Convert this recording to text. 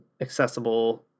accessible